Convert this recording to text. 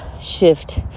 shift